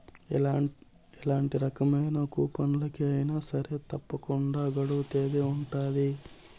ఎలాంటి రకమైన కూపన్లకి అయినా సరే తప్పకుండా గడువు తేదీ ఉంటది